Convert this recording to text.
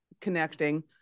connecting